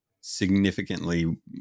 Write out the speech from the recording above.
significantly